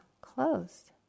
closed